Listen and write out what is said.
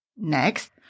Next